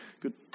good